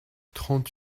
trente